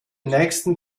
nächsten